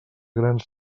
grans